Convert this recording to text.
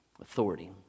Authority